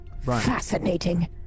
Fascinating